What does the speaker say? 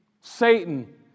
Satan